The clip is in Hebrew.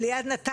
אלינו לאורך